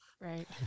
Right